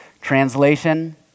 Translation